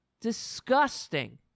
Disgusting